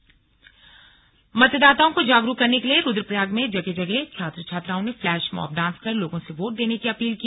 slug vote जागरूकता मतदाताओं को जागरूक करने के लिए रुदप्रयाग में जगह जगह छात्र छात्राओं ने फ्लैश मॉब डांस कर लोगों से वोट देने की अपील की